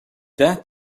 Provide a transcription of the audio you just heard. that